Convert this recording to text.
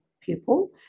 pupil